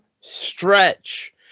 stretch